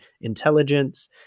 intelligence